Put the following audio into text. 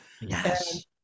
Yes